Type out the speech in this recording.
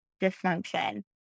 dysfunction